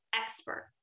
expert